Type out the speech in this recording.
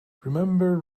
remember